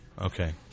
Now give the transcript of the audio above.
Okay